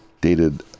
dated